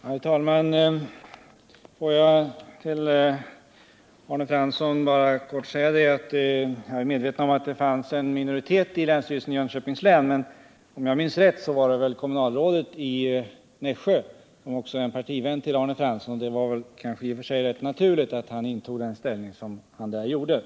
Herr talman! Får jag till Arne Fransson bara kort säga att jag är medveten om att det fanns en minoritet inom länsstyrelsen i Jönköpings län. Men om jag minns rätt bestod den av kommunalrådet i Nässjö, som också är partivän till Arne Fransson. Det var kanske i och för sig rätt naturligt att han intog den ställning som han där gjorde.